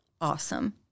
awesome